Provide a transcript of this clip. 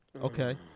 Okay